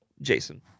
Jason